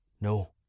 No